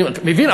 אני מבין,